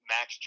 Max